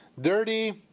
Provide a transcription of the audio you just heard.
Dirty